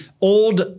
old